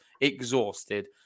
exhausted